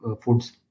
foods